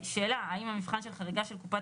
שאלה: האם המבחן של החריגה של קופת